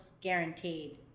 guaranteed